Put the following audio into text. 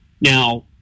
now